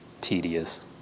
tedious